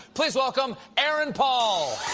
please welcome aaron paul!